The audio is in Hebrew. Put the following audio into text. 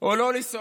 או לא לנסוע.